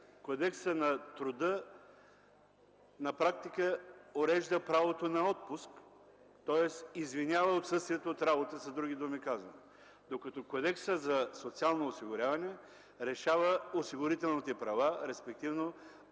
Кодексът на труда на практика урежда правото на отпуск, тоест извинява отсъствията от работа, с други думи казано. Докато Кодексът за социално осигуряване решава осигурителните права, респективно